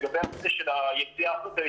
לגבי הנושא של היציאה החוצה,